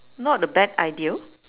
not a bad idea